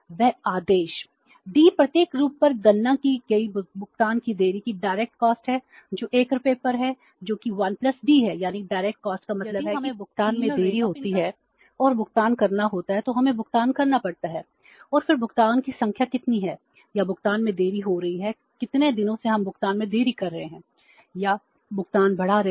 यदि हमें भुगतान में देरी होती है और भुगतान करना होता है तो हमें भुगतान करना पड़ता है और फिर भुगतान की संख्या कितनी है या भुगतान में देरी हो रही है कितने दिनों से हम भुगतान में देरी कर रहे हैं या भुगतान बढ़ा रहे हैं